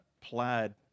plaid